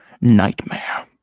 nightmare